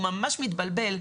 הוא ממש מתבלבל.